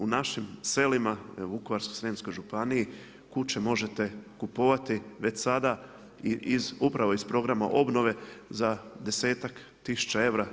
U našim selima, evo Vukovarsko-srijemskoj županiji kuće možete kupovati već sada upravo iz programa obnove za desetak tisuća eura.